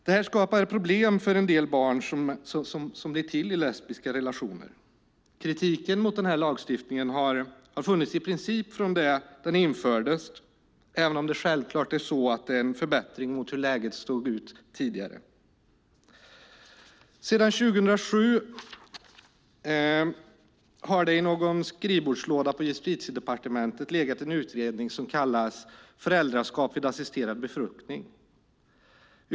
Detta skapar problem för en del barn som blir till i lesbiska relationer. Kritiken mot den här lagstiftningen har funnits i princip från att den infördes, även om det självklart skett en förbättring mot hur läget såg ut tidigare. Sedan 2007 har det i någon skrivbordslåda på Justitiedepartementet legat en utredning som kallas Föräldraskap vid assisterad befruktning .